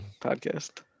podcast